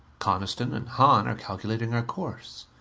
coniston and hahn are calculating our course.